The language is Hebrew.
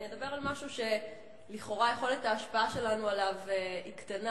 אני אדבר על משהו שלכאורה יכולת ההשפעה שלנו עליו היא קטנה,